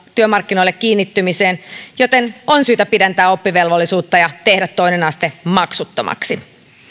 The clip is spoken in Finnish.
työmarkkinoille kiinnittymiseen joten on syytä pidentää oppivelvollisuutta ja tehdä toinen aste maksuttomaksi